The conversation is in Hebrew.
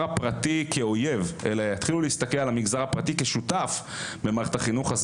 הפרטי כאויב אלא יתחילו להסתכל על המגזר הפרטי כשותף במערכת החינוך אז